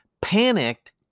panicked